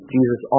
Jesus